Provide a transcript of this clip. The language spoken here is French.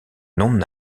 non